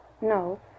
No